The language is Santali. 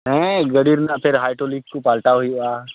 ᱜᱮᱸ ᱜᱟᱹᱰᱤ ᱨᱮᱱᱟᱜ ᱯᱷᱮᱨ ᱦᱟᱭᱰᱨᱚᱞᱤᱠ ᱠᱚ ᱯᱟᱞᱴᱟᱣ ᱦᱩᱭᱩᱜᱼᱟ